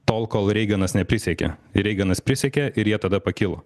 tol kol reiganas neprisiekė ir reiganas prisiekė ir jie tada pakilo